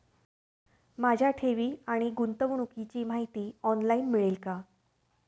माझ्या ठेवी आणि गुंतवणुकीची माहिती ऑनलाइन मिळेल का?